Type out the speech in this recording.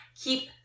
Keep